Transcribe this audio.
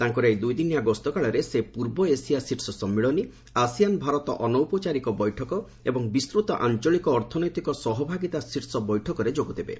ତାଙ୍କର ଏହି ଦୁଇଦିନିଆ ଗସ୍ତ କାଳରେ ସେ ପୂର୍ବ ଏସିଆ ଶୀର୍ଷ ସମ୍ମିଳନୀ ଆସିଆନ୍ ଭାରତ ଅନଔପଚାରିକ ବୈଠକ ଏବଂ ବିସ୍ତୃତ ଆଞ୍ଚଳିକ ଅର୍ଥନୈତିକ ସହଭାଗିତା ଶୀର୍ଷ ବୈଠକରେ ଯୋଗ ଦେବେ